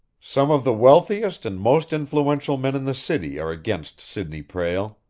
some of the wealthiest and most influential men in the city are against sidney prale.